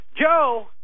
Joe